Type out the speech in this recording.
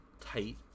tight